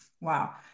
Wow